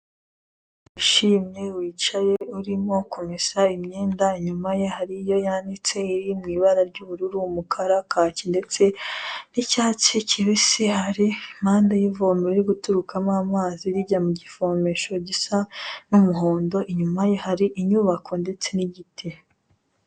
Wishimye wicaye urimo kumesa imyenda inyuma ye hari iyo yanitse iri mu ibara ry'ubururu, umukara, kake ndetse, n'icyatsi kibisi hari impande y'ivomo riguturukamo amazi rijya mu kivomesho gisa n'umuhondo, inyuma ye hari inyubako ndetse n'igiti.